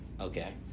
Okay